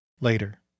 later